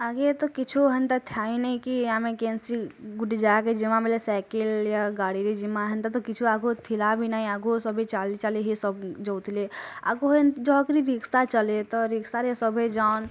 ଆଗେ ତ କିଛୁ ହେନ୍ତା ଥାଇନେହି କି ଆମେ କେନ୍ସି ଗୋଟେ୍ ଜାଗାକେ ଯିବାବେଳେ ସାଇକେଲ୍ ୟା ଗାଡ଼ିରେ ଯିମା ହେନ୍ତା ତ କିଛୁ ଆଗରୁ ଥିଲା ବି ନେହି ଆଗୁ ସଭି ଚାଲି ଚାଲି ହିଁ ସବ ଯୋଉଥିଲେ ଆଗ ରିକ୍ସା ଚାଲେ ତା ରିକ୍ସାରେ ସଭି ଜନ୍